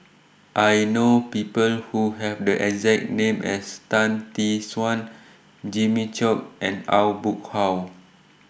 I know People Who Have The exact name as Tan Tee Suan Jimmy Chok and Aw Boon Haw